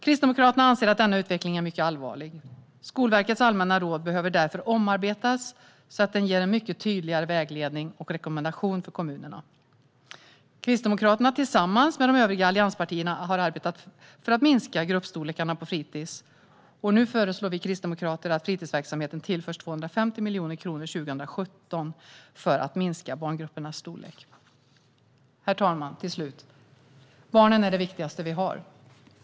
Kristdemokraterna anser att denna utveckling är mycket allvarlig. Skolverkets allmänna råd behöver därför omarbetas så att de ger en mycket tydligare vägledning och rekommendation för kommunerna. Kristdemokraterna har tillsammans med de övriga allianspartierna arbetat för att minska gruppstorlekarna i fritidsverksamheten, och nu föreslår vi kristdemokrater att fritidsverksamheten tillförs 250 miljoner kronor 2017 för att minska barngruppernas storlek. Herr talman! Till sist: Barnen är det viktigaste vi har.